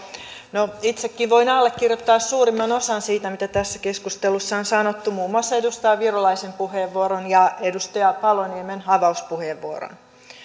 no itsekin voin allekirjoittaa suurimman osan siitä mitä tässä keskustelussa on sanottu muun muassa edustaja virolaisen puheenvuoron ja edustaja paloniemen avauspuheenvuoron